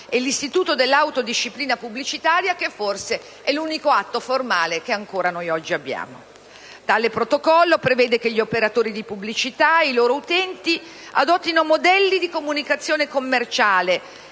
e l'Istituto dell'autodisciplina pubblicitaria che forse è l'unico atto formale che ancora oggi abbiamo. Tale protocollo prevede che gli operatori di pubblicità e i loro utenti «adottino modelli di comunicazione commerciale